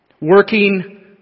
Working